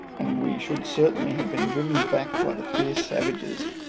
and we should certainly have been driven back by the fierce savages,